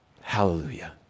Hallelujah